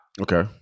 Okay